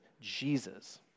Jesus